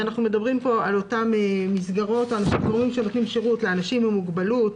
אנחנו מדברים פה על מסגרות וגורמים שנותנים שירות לאנשים עם מוגבלות,